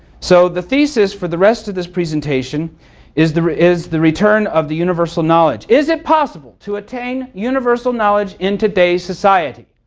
so the thesis for the rest of this presentation is the is the return of the universal knowledge. is it possible to attain universal knowledge in today's society?